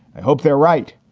i hope they're right.